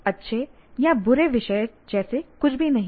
अच्छे या बुरे विषय जैसे कुछ भी नहीं हैं